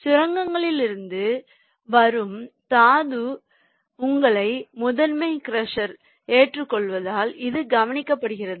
சுரங்கங்களில் இருந்து வரும் தாதுவை உங்கள் முதன்மை க்ரஷ் ஏற்றுக்கொள்வதால் இது கவனிக்கப்படுகிறது